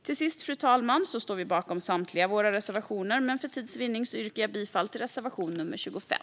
Vi står bakom samtliga våra reservationer, men för tids vinnande yrkar jag bifall endast till reservation 25.